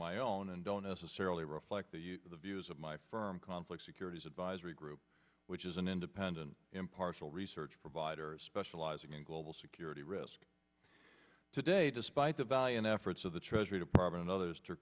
my own and don't necessarily reflect the views of my firm conflict securities advisory group which is an independent impartial research provider specializing in global security risk today despite the valiant efforts of the treasury department others to